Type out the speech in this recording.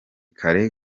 kare